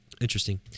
Interesting